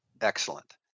excellent